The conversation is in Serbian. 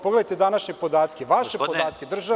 Pogledajte današnje podatke, vaše podatke, državne.